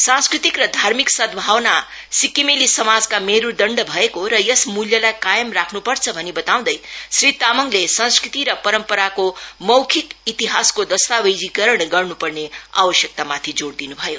संस्कृतिक र धार्मिक सद्धावना सिक्किमेली समाजका मेरूदण्ड भएको र यस मूल्यलाई कायम राख्नपर्छ भनी बताउँदै श्री तामाङले संक्ति र पराम्पराको मौखिक इतिहासको दस्तावेजीकरण गर्नुपर्ने आवश्यकतामाथि जोड़ दिनु भयो